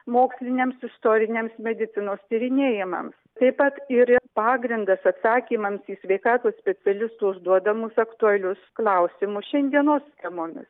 moksliniams istoriniams medicinos tyrinėjimams taip pat ir pagrindas atsakymams į sveikatos specialistų užduodamus aktualius klausimus šiandienos temomis